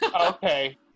Okay